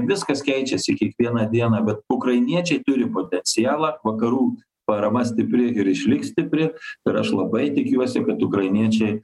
viskas keičiasi kiekvieną dieną bet ukrainiečiai turi potencialą vakarų parama stipri ir išliks stipri ir aš labai tikiuosi kad ukrainiečiai